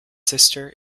sister